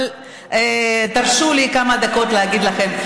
אבל תרשו לי כמה דקות להגיד לכם.